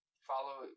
follow